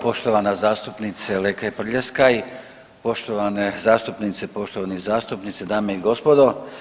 Poštovana zastupnice Lekaj Prljeskaj, poštovane zastupnice, poštovani zastupnici, dame i gospodo.